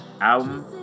album